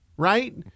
Right